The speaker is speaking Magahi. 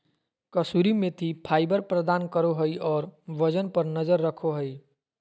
कसूरी मेथी फाइबर प्रदान करो हइ और वजन पर नजर रखो हइ